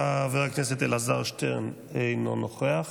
חבר הכנסת אלעזר שטרן, אינו נוכח,